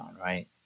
right